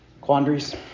quandaries